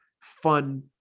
fun